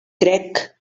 crec